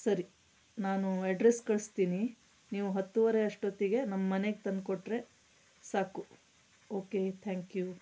ಸರಿ ನಾನು ಅಡ್ರೆಸ್ ಕಳಿಸ್ತೀನಿ ನೀವು ಹತ್ತುವರೆ ಅಷ್ಟೊತ್ತಿಗೆ ನಮ್ಮ ಮನೆಗೆ ತಂದು ಕೊಟ್ರೆ ಸಾಕು ಓಕೆ ಥ್ಯಾಂಕ್ಯೂ